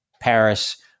Paris